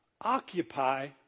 Occupy